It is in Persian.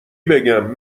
بگم